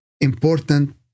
important